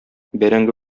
бәрәңге